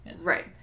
Right